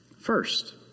first